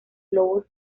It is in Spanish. globo